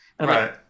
right